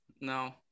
No